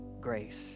Grace